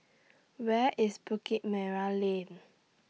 Where IS Bukit Merah Lane